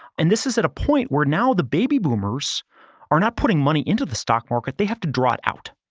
and this is at a point where now the baby boomers are not putting money into the stock market. they have to draw it out.